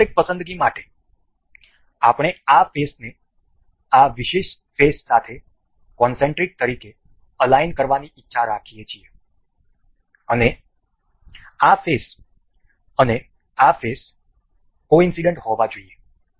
concentric પસંદગી માટે આપણે આ ફેસને આ વિશેષ ફેસ સાથે કોનસેન્ટ્રિક તરીકે અલાઈન કરવા ની ઇચ્છા રાખીએ છીએ અને આ ફેસ અને આ ફેસ કોઇન્સડનટ હોવા જોઈએ